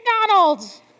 McDonald's